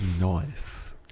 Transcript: Nice